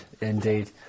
indeed